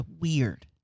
weird